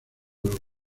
los